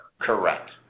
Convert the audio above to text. Correct